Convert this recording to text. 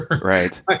right